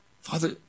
Father